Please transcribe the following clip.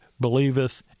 believeth